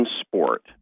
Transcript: sport